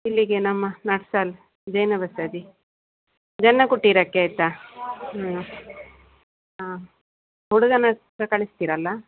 ಇಲ್ಲಿಗೆ ನಮ್ಮ ನಾಕ್ಸಾಲು ಜೈನ ಬಸದಿ ಜನ್ನ ಕುಟೀರಕ್ಕೆ ಆಯಿತಾ ಹ್ಞೂ ಹಾಂ ಹುಡುಗನ ಹತ್ರ ಕಳಿಸ್ತೀರಲ್ಲ